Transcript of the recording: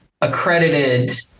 accredited